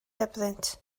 hebddynt